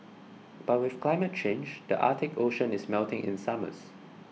but with climate change the Arctic Ocean is melting in summers